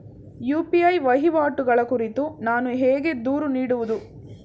UPI ವಹಿವಾಟುಗಳ ಕುರಿತು ನಾನು ಹೇಗೆ ದೂರು ನೀಡುವುದು?